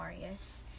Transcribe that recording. Marius